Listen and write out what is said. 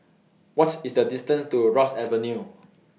What IS The distance to Ross Avenue